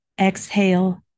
Exhale